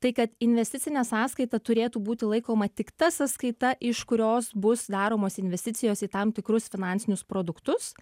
tai kad investicinė sąskaita turėtų būti laikoma tik ta sąskaita iš kurios bus daromos investicijos į tam tikrus finansinius produktus